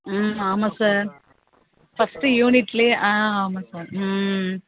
ம் ஆமாம் sir first யூனிட்லையே ஆ ஆமாம் சார் ம்